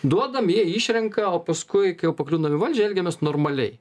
duodam jie išrenka o paskui kai jau pakliūnam į valdžią elgiamės normaliai